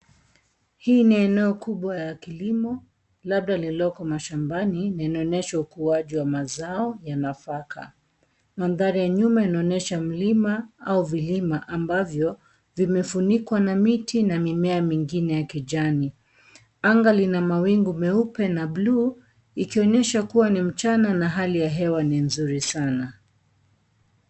Hii ni eneo kubwa ya kilimo labda lililoko mashambani na inaonyesha ukuwaji wa mazao ya nafaka. Manthari ya nyuma inaonyesha mlima au vilima ambavyo vimefunikwa na miti na mimea mingine ya kijani. Anga lina mawingu meupe na blue ikionyesha kuwa ni mchana na hali ya hewa ni nzuri sana.